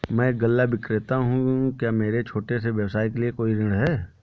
मैं एक गल्ला विक्रेता हूँ क्या मेरे छोटे से व्यवसाय के लिए कोई ऋण है?